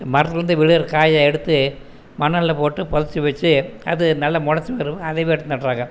மரத்திலேந்து விழுகிற காயை எடுத்து மணலில் போட்டு புதைச்சி வச்சு அது நல்ல மொளைச்சி வரும் அதையே எடுத்து நடுகிறாங்க